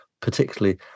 particularly